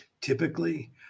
typically